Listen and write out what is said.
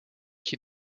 qui